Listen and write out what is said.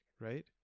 right